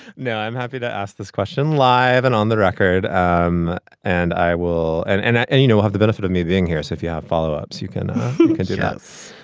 now, i'm happy to ask this question live and on the record. um and i will. and and, and you know, have the benefit of me being here as if you have follow ups. you can contact us.